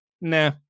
nah